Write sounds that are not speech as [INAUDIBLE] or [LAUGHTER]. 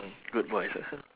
mm good boys ah [NOISE]